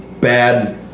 bad